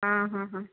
हाँ हाँ हाँ